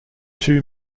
too